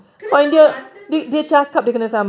kena saman there's no such thing